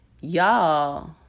y'all